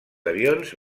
avions